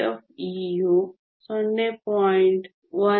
12 ಮತ್ತು p U 0